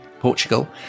Portugal